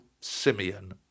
Simeon